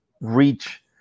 reach